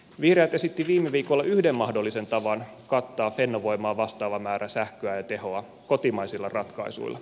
vihreät esitti viime viikolla yhden mahdollisen tavan kattaa fennovoimaa vastaava määrä sähköä ja tehoa kotimaisilla ratkaisuilla